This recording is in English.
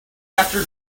after